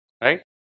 Right